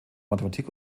mathematik